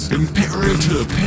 imperative